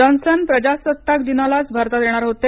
Johnson प्रजासत्ताक दिनालाच भारतात येणार होते